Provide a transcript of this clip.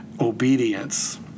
obedience